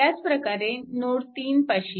त्याचप्रकारे नोड 3 पाशी